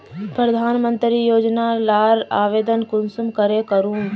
प्रधानमंत्री योजना लार आवेदन कुंसम करे करूम?